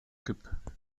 kipp